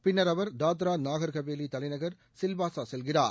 பின்னர் அவர் தாத்ரா நாகர்ஹவேலி தலைநகர் சில்வாசா செல்கிறார்